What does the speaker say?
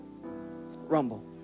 Rumble